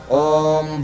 om